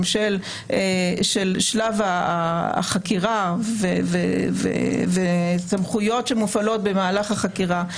של שלב החקירה וסמכויות שמופעלות במהלך החקירה,